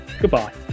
Goodbye